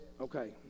Okay